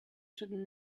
should